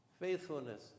faithfulness